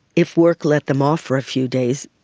if work let them off for a few days,